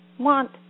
want